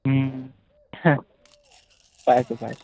হে পাইছোঁ পাইছোঁ